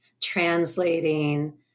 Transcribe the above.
translating